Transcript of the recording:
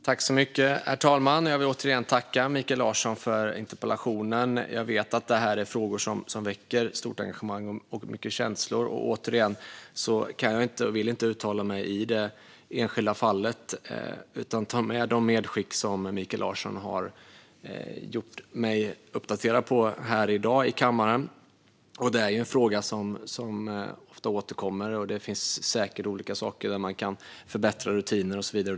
Herr talman! Jag vill återigen tacka Mikael Larsson för interpellationen. Jag vet att detta är frågor som väcker stort engagemang och mycket känslor. Återigen: Jag kan och vill inte uttala mig i det enskilda fallet, men jag tar med mig det som Mikael Larsson gjort mig uppmärksam på här i kammaren i dag. Detta är en fråga som ofta återkommer, och det finns säkert olika sätt att förbättra rutiner och så vidare.